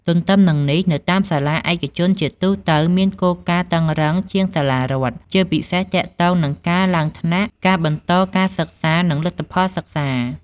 ទទ្ទឹមនឹងនេះ នៅតាមសាលាឯកជនជាទូទៅមានគោលការណ៍តឹងរ៉ឹងជាងសាលារដ្ឋ ជាពិសេសទាក់ទងនឹងការឡើងថ្នាក់ ការបន្តការសិក្សា និងលទ្ធផលសិក្សា។